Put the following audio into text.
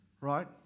right